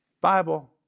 Bible